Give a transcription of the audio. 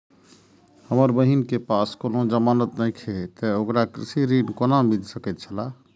हमर बहिन के पास कोनो जमानत नेखे ते ओकरा कृषि ऋण कोना मिल सकेत छला?